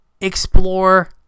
Explore